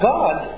God